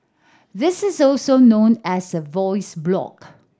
this is also known as a voice blog